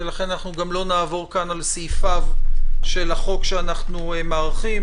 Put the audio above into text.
ולכן אנחנו גם לא נעבור כאן על סעיפיו של החוק שאנחנו מאריכים,